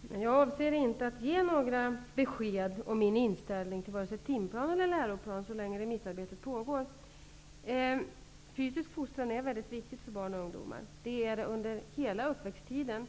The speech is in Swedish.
Herr talman! Jag avser inte att ge några besked om min inställning till vare sig timplan eller läroplan så länge remissarbetet pågår. Fysisk fostran är väldigt viktigt för barn och ungdomar. Det gäller under hela uppväxttiden,